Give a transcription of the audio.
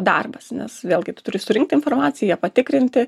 darbas nes vėlgi tu turi surinkt informaciją ją patikrinti